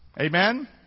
Amen